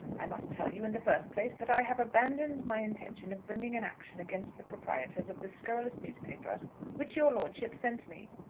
i must tell you, in the first place, that i have abandoned my intention of bringing an action against the proprietors of the scurrilous newspaper which your lordship sent me,